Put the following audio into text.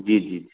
जी जी